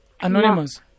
anonymous